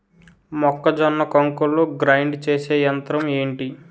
మొక్కజొన్న కంకులు గ్రైండ్ చేసే యంత్రం ఏంటి?